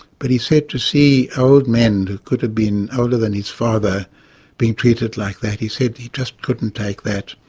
but he said to see old men that could have been older than his father being treated like that, he said, he just couldn't take that.